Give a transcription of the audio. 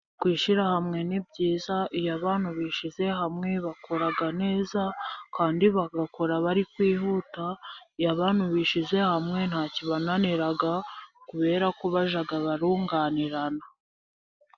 Kwishira hamwe ni byiza, iyo abantu bishyize hamwe bakoraga neza kandi bagakora bari kwihuta, iyo abantu bishije hamwe ntaki bananiraga kubera kojaga barunganirana.